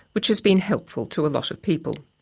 which has been helpful to a lot of people.